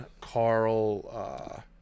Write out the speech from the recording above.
Carl